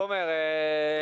תומר,